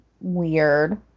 weird